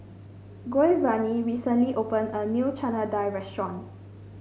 Giovani recently opened a new Chana Dal Restaurant